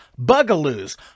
bugaloos